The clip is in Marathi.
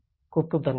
खूप खूप धन्यवाद